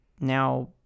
now